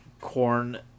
corn